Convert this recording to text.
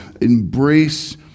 embrace